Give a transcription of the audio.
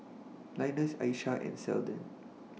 Linus Aisha and Seldon